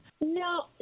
No